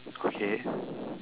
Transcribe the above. okay